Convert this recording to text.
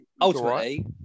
ultimately